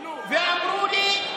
ואמרו לי: